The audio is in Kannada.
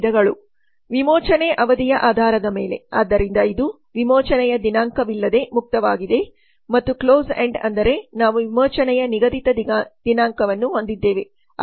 ವಿಮೋಚನೆ ಅವಧಿಯ ಆಧಾರದ ಮೇಲೆ ಆದ್ದರಿಂದ ಇದು ವಿಮೋಚನೆಯ ದಿನಾಂಕವಿಲ್ಲದೆ ಮುಕ್ತವಾಗಿದೆ ಮತ್ತು ಕ್ಲೋಸ್ ಎಂಡ್ ಅಂದರೆ ನಾವು ವಿಮೋಚನೆಯ ನಿಗದಿತ ದಿನಾಂಕವನ್ನು ಹೊಂದಿದ್ದೇವೆ